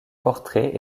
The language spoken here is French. portraits